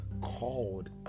called